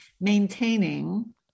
maintaining